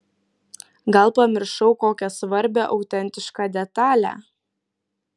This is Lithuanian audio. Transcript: gal pamiršau kokią svarbią autentišką detalę